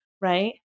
right